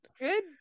good